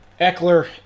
eckler